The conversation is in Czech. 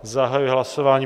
Zahajuji hlasování.